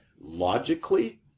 Logically